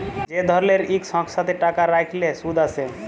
যে ধরলের ইক সংস্থাতে টাকা রাইখলে সুদ আসে